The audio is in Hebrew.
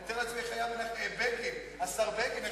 אני מתאר לעצמי איך הרגיש השר בגין,